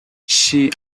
she